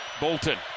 Bolton